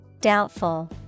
Doubtful